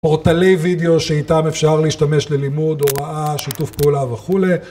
פורטלי וידאו שאיתם אפשר להשתמש ללימוד, הוראה, שיתוף פעולה וכולי.